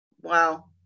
Wow